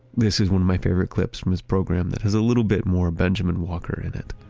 this is one of my favorite clips from his program that has a little bit more benjamen walker in it.